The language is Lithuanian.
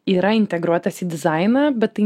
yra integruotas į dizainą bet tai